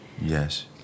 Yes